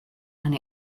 and